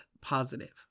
positive